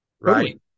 Right